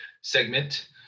segment